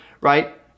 right